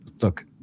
look